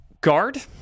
Guard